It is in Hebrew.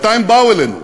מתי הם באו אלינו?